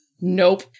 Nope